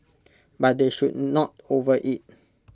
but they should not overeat